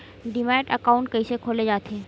Demat account कइसे खोले जाथे?